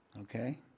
okay